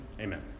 amen